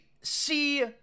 see